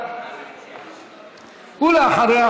ואחריה,